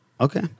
Okay